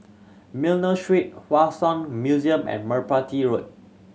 Miller Street Hua Song Museum and Merpati Road